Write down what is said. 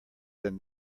than